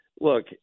look